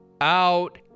out